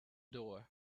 door